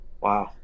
Wow